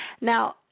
Now